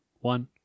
one